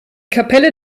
kapelle